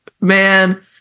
man